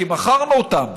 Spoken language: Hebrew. כי מכרנו אותם,